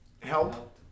help